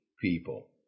people